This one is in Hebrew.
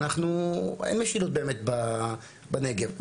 אין משילות באמת בנגב,